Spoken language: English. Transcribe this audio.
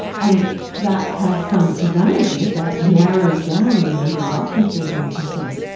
and that has some advantages that narrows down the number of options they're going to consider.